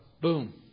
Boom